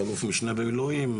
כאלוף-משנה במילואים,